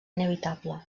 inevitable